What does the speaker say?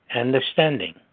understanding